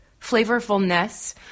flavorfulness